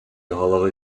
голови